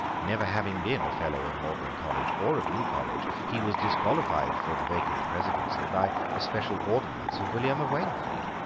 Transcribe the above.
never having been a fellow of magdalene college or of new college, he was disqualified for the vacant presidency by a special ordinance of william of waynflete.